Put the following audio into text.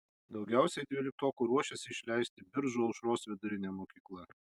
daugiausiai dvyliktokų ruošiasi išleisti biržų aušros vidurinė mokykla